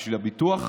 בשביל הביטוח?